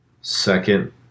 second